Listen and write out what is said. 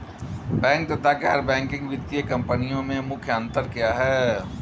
Bank तथा गैर banking वित्तीय कंपनियों में मुख्य अंतर क्या है?